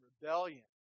rebellion